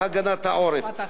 ולצערי הרב,